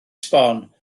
sbon